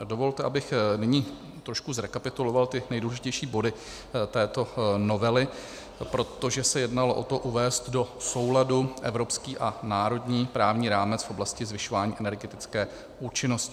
Dovolte, abych nyní trošku zrekapituloval nejdůležitější body této novely, protože se jednalo o to uvést do souladu evropský a národní právní rámec v oblasti zvyšování energetické účinnosti.